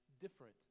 different